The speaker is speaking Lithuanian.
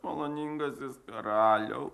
maloningasis karaliau